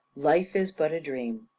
life is but a dream?